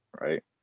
right